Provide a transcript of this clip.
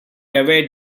evade